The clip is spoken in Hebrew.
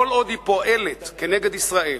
כל עוד היא פועלת נגד ישראל,